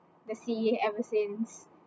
the sea ever since